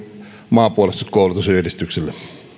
maanpuolustuskoulutusyhdistykselle